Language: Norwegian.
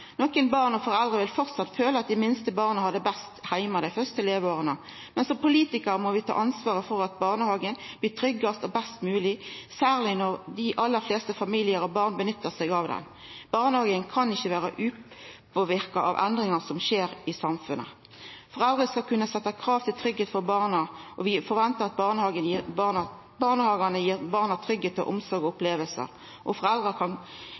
barn og foreldre vil framleis kjenna at dei minste barna har det best heime dei første leveåra, men som politikarar må vi ta ansvaret for at barnehagen blir tryggast og best mogleg, særleg når dei aller fleste familiar brukar han. Barnehagen kan ikkje vera upåverka av endringar som skjer i samfunnet. Foreldra skal kunna setja krav om tryggleik for barna. Vi forventar at barnehagane gir barna tryggleik, omsorg og opplevingar og gir foreldra klare tilbakemeldingar om korleis barna har det i kvardagen når ikkje foreldra